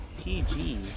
PG